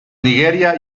nigeria